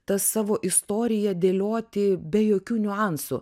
tą savo istoriją dėlioti be jokių niuansų